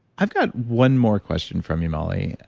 i've got one more question from you molly,